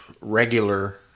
regular